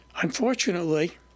Unfortunately